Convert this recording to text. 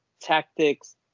tactics